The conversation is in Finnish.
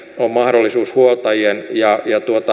on mahdollisuus huoltajien ja